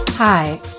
Hi